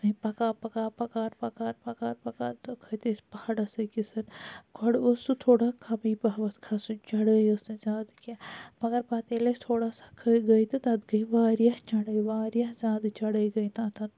پَکان پَکان پَکان پَکان پَکان پَکا تہٕ کھٔتۍ أسۍ پَہاڑس أکِس گۄڈٕ اوس سُہ تھوڑا کمٕے پہمَتھ کھسُن سُہ چَڑٲے أسۍ نہٕ زیادٕ کیٚنٛہہ مَگَر پَتہ ییٚلہِ أسۍ تھوڑا سا کھٔتۍ گٔے تہٕ تَتھ گٔے وارِیاہ چَڑٲے وارِیاہ زیادٕ چَڑٲے گٔے تَتھ تہٕ تمہِ پَتہ